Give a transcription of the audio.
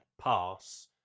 pass